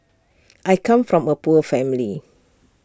I come from A poor family